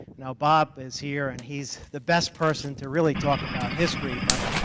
know, bob is here, and he's the best person to really talk about history, but